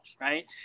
right